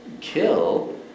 kill